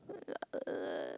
uh